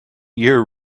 year